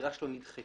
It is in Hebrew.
העתירה שלו נדחתה.